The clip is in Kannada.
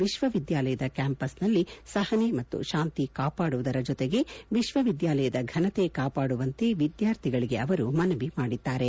ವಿಶ್ವವಿದ್ಯಾಲಯದ ಕ್ಯಾಂಪಸ್ನಲ್ಲಿ ಸಹನೆ ಮತ್ತು ಶಾಂತಿ ಕಾಪಾಡುವುದರ ಜತೆಗೆ ವಿಶ್ವವಿದ್ಯಾಲಯದ ಘನತೆ ಕಾಪಾಡುವಂತೆ ವಿದ್ಯಾರ್ಥಿಗಳಿಗೆ ಅವರು ಮನವಿ ಮಾಡಿದ್ದಾರೆ